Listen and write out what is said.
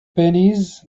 pennies